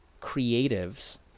creatives